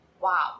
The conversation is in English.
wow